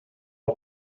all